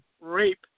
rape